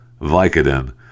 vicodin